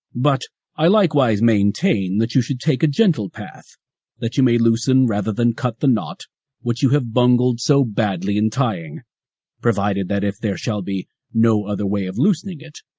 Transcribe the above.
but i likewise maintain that you should take a gentle path that you may loosen rather than cut the knot which you have bungled so badly in tying provided that if there shall be no other way of loosening it,